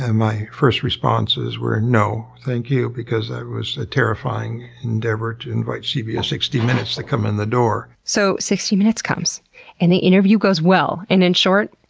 and my first responses were no, thank you because it was a terrifying endeavor to invite cbs sixty minutes to come in the door. so sixty minutes comes and the interview goes well and in short,